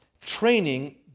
training